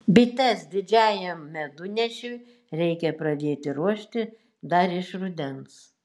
bites didžiajam medunešiui reikia pradėti ruošti dar iš rudens